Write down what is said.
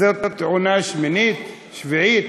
זאת עונה שמינית, שביעית.